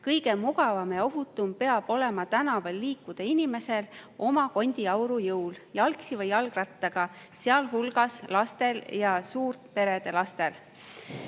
Kõige mugavam ja ohutum peab olema tänaval liikuda inimesel oma kondiauru jõul, jalgsi või jalgrattaga, sealhulgas lastel ja suurperede lastel.